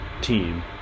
team